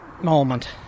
moment